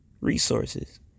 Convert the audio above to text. resources